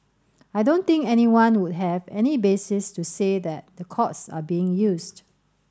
I don't think anyone would have any basis to say that the courts are being used